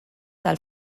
tal